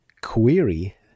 query